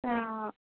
অঁ